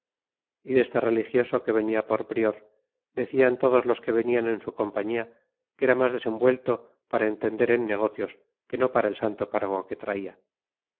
y deste religioso que venia por prior decian todos los que venian en su compañia que era mas desenvuelto para entender en negocios que no par a el santo cargo que traia